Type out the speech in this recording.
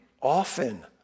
often